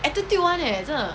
attitude [one] leh 真的